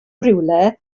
rywle